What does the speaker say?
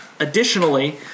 Additionally